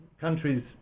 countries